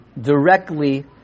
directly